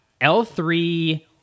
L3